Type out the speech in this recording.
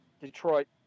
Detroit